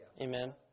Amen